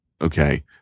Okay